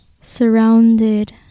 surrounded